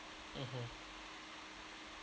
mmhmm